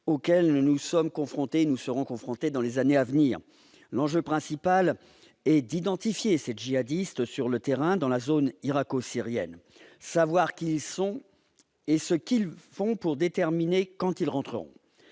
plus grands défis de sécurité auquel nous serons confrontés dans les années à venir. L'enjeu principal est d'identifier ces djihadistes sur le terrain dans la zone irako-syrienne. Il importe de savoir qui ils sont et ce qu'ils font, pour déterminer quand ils rentreront.